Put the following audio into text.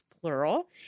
plural